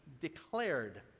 declared